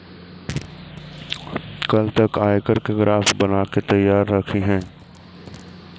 कल तक आयकर के ग्राफ बनाके तैयार रखिहें